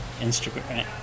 Instagram